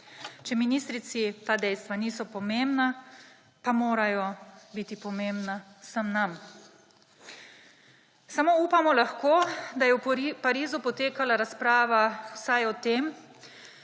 Če ministrici ta dejstva niso pomembna, pa morajo biti pomembna vsem nam. Samo upamo lahko, da je v Parizu potekala razprava vsaj o tem,